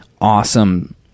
awesome